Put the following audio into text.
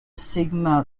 sigma